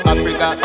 Africa